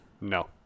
No